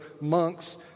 monks